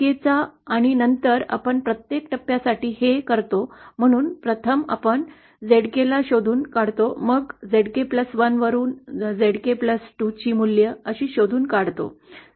Zkचा आणि नंतर आपण प्रत्येक टप्प्यासाठी हे करतो म्हणून प्रथम आपण Zkला शोधून काढतो मग Zk १ वरून Zk 2 ची मूल्य शोधून काढतो